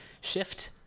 shift